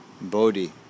Bodhi